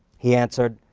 he answered,